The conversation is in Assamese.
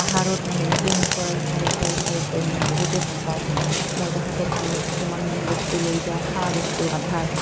পাহাৰত মই এনেকৈ মই চৰাই চাই চাই চাই চাই মই বহুতেই ভালপাওঁ মই সিহঁতৰ কাৰণে কিছুমান মানে বস্তু লৈ যাওঁ খোৱা বস্তু আহাৰ